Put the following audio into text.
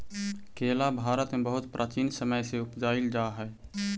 केला भारत में बहुत प्राचीन समय से उपजाईल जा हई